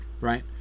right